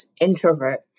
introvert